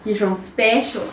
he's from special